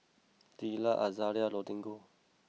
Teela Azaria and Rodrigo